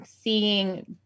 seeing